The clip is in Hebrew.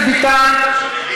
ביטן.